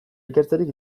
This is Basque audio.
ikertzerik